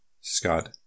Scott